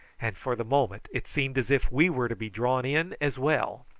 and for the moment it seemed as if we were to be drawn in as well.